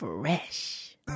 Fresh